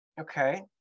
okay